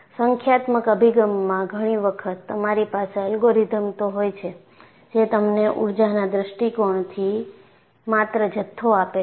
સંખ્યાત્મક અભિગમમાં ઘણી વખત તમારી પાસે અલ્ગોરિધમ્સ તો હોય છે જે તમને ઊર્જાના દૃષ્ટિકોણથી માત્ર જથ્થો આપે છે